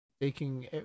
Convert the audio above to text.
taking